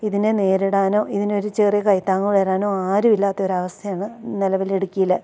ഇതിനെ നേരിടാനോ ഇതിനൊരു ചെറിയ കൈത്താങ്ങോ വരാനോ ആരും ഇല്ലാത്തൊരവസ്ഥയാണ് നിലവിലിടുക്കിയിൽ